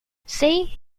see